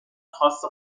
خواست